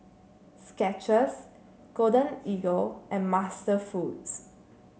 Skechers Golden Eagle and MasterFoods